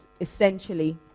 essentially